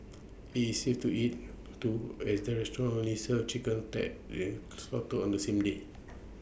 IT is safe to eat too as the restaurant only serves chicken that is slaughtered on the same day